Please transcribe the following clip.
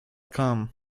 com